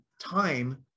time